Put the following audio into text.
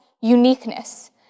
uniqueness